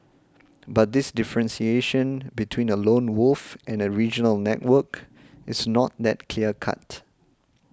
but this differentiation between a lone wolf and a regional network is not that clear cut